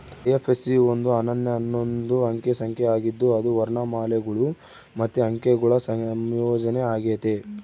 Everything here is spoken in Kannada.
ಐ.ಎಫ್.ಎಸ್.ಸಿ ಒಂದು ಅನನ್ಯ ಹನ್ನೊಂದು ಅಂಕೆ ಸಂಖ್ಯೆ ಆಗಿದ್ದು ಅದು ವರ್ಣಮಾಲೆಗುಳು ಮತ್ತೆ ಅಂಕೆಗುಳ ಸಂಯೋಜನೆ ಆಗೆತೆ